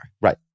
Right